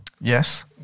Yes